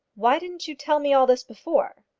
why didn't you tell me all this before?